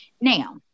Now